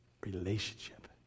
relationship